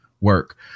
work